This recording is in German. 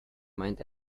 meint